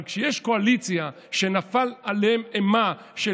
אבל כשיש קואליציה שנפלה עליהם אימה של